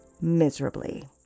miserably